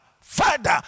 father